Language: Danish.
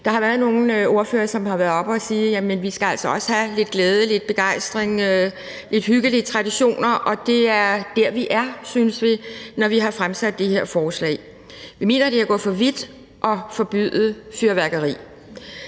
Der har været nogle ordførere, som har været oppe at sige: Jamen vi skal altså også have lidt glæde, lidt begejstring, lidt hyggelige traditioner. Og det er dér, vi er, synes vi, når vi har fremsat det her beslutningsforslag. Vi mener, det er at gå for vidt at forbyde fyrværkeri.